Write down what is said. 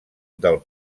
del